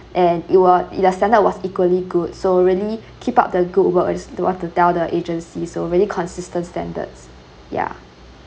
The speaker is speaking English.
and it were it the standard was equally good so really keep up the good work as to want to tell the agency so really consistent standards ya